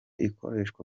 ikoreshwa